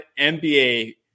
NBA